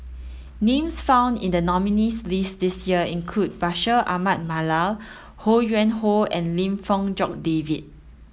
names found in the nominees' list this year include Bashir Ahmad Mallal Ho Yuen Hoe and Lim Fong Jock David